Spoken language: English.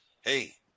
hey